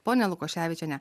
ponia lukoševičiene